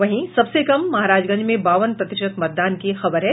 वहीं सबसे कम महाराजगंज में बावन प्रतिशत मतदान की खबर है